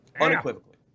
Unequivocally